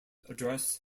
address